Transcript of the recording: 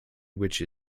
which